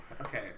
okay